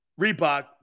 Reebok